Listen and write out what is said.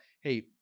hey